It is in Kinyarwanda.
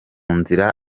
nzira